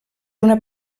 una